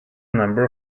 number